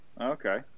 Okay